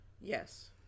yes